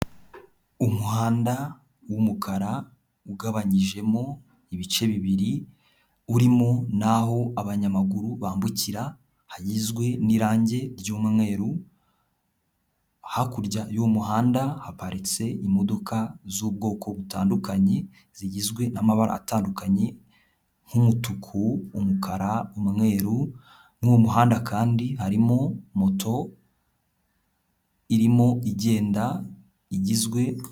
Umuhanda w'umukara ugabanyijemo ibice bibiri, urimo n'aho abanyamaguru bambukira hagizwe n'irangi ry'umweru, hakurya y'uwo muhanda haparitse imodoka z'ubwoko butandukanye, zigizwe n'amabara atandukanye nk'umutuku, umukara, umweru, muri uwo muhanda kandi harimo moto irimo igenda igizwe.